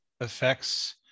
affects